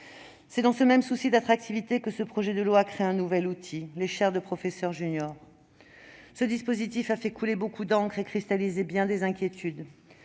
C'est dans ce même souci d'attractivité que ce projet de loi crée un nouvel outil : les chaires de professeur junior. Ce dispositif a fait couler beaucoup d'encre et cristallisé bien des inquiétudes.